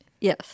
Yes